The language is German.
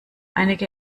einige